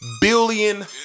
Billion